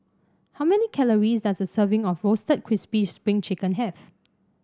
how many calories does a serving of Roasted Crispy Spring Chicken have